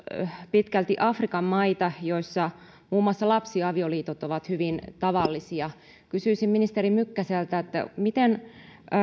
pitkälti afrikan maita joissa muun muassa lapsiavioliitot ovat hyvin tavallisia kysyisin ministeri mykkäseltä miten